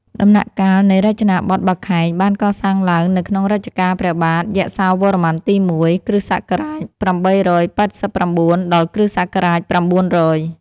ដំណាក់កាលនៃរចនាបថបាខែង បានកសាងឡើងនៅក្នុងរជ្ជកាលព្រះបាទ យសោវរ្ម័នទី១ (គ.ស. ៨៨៩ ដល់ គ.ស.៩០០)។